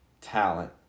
talent